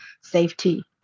safety